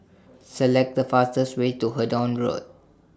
Select The fastest Way to Hendon Road